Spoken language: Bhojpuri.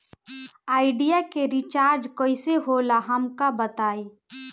आइडिया के रिचार्ज कईसे होला हमका बताई?